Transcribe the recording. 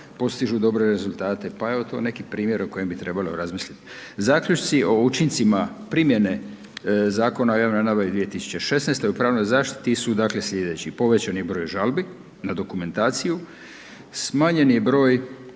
postižu dobre rezultate pa je to neki primjer o kojem bi trebalo razmisliti. Zaključci o učincima primjene Zakona o javnoj nabavi 2016. o pravnoj zaštiti su dakle slijedeći, povećani broj žalbi na dokumentaciju, smanjeni broj